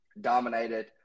dominated